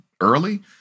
early